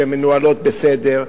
שמנוהלות בסדר,